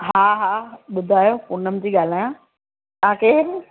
हा हा ॿुधायो पूनम थी ॻाल्हायां तव्हां केरु